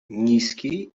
niskiej